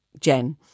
Jen